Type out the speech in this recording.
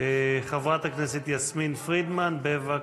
חברת הכנסת יסמין פרידמן, בבקשה.